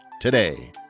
today